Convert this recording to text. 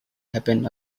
happen